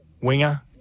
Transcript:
winger